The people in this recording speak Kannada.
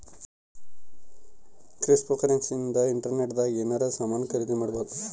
ಕ್ರಿಪ್ಟೋಕರೆನ್ಸಿ ಇಂದ ಇಂಟರ್ನೆಟ್ ದಾಗ ಎನಾರ ಸಾಮನ್ ಖರೀದಿ ಮಾಡ್ಬೊದು